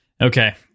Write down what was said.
Okay